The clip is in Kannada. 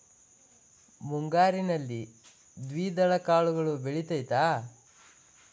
ಮುಂಗಾರಿನಲ್ಲಿ ದ್ವಿದಳ ಕಾಳುಗಳು ಬೆಳೆತೈತಾ?